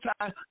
time